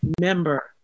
member